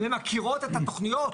הן מכירות את התוכניות,